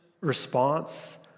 response